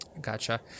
gotcha